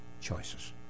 Choices